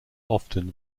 often